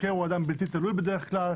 חוקר הוא אדם בלתי תלוי בדרך כלל,